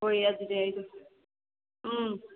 ꯍꯣꯏꯌꯦ ꯑꯗꯨꯗꯤ ꯑꯩꯗꯣ ꯎꯝ